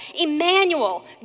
Emmanuel